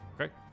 Okay